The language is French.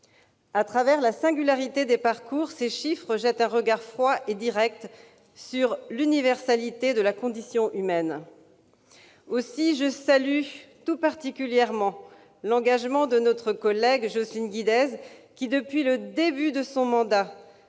À travers la singularité des parcours, ces chiffres jettent un regard froid et direct sur l'universalité de la condition humaine. Je salue donc tout particulièrement l'engagement de notre collègue Jocelyne Guidez, qui, depuis le début de son mandat,